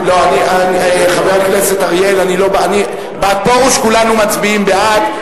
חבר הכנסת אריאל, בעד פרוש כולנו מצביעים בעד.